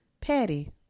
Patty